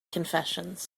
confessions